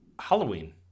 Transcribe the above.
Halloween